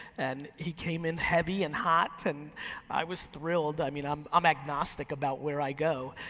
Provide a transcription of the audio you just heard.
and he came in heavy and hot and i was thrilled, i mean i'm um agnostic about where i go.